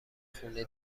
خونه